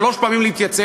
שלוש פעמים להתייצב,